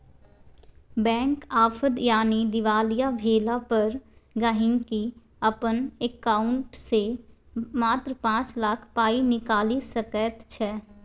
bank आफद यानी दिवालिया भेला पर गांहिकी अपन एकांउंट सँ मात्र पाँच लाख पाइ निकालि सकैत छै